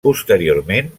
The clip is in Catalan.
posteriorment